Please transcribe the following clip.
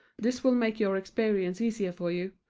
this will make your experience easier for you,